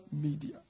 media